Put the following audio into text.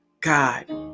God